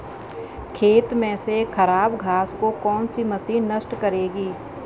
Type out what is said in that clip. खेत में से खराब घास को कौन सी मशीन नष्ट करेगी?